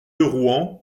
rouen